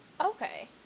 Okay